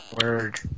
Word